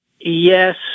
Yes